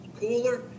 cooler